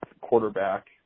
quarterback